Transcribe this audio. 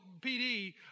PD